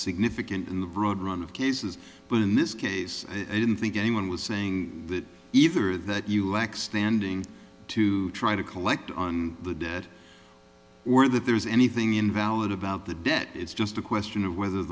significant in the broad run of cases but in this case i didn't think anyone was saying that either that you lack standing to try to collect on the debt or that there's anything invalid about the debt it's just a question of whether